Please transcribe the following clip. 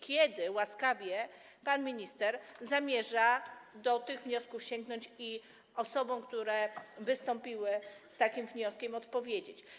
Kiedy łaskawie pan minister zamierza do tych wniosków sięgnąć i osobom, które wystąpiły z takimi wnioskami, odpowiedzieć?